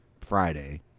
Friday